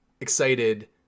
excited